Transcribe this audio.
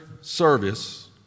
service